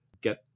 get